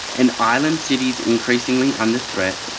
and island cities increasingly under threat,